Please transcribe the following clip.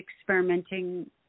experimenting